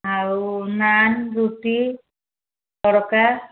ଆଉ ନାନ୍ ରୁଟି ତଡ଼କା